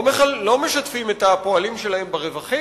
לא משתפים את הפועלים שלהם ברווחים,